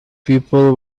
people